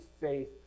faith